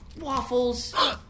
waffles